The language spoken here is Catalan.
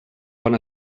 bon